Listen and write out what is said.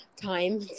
time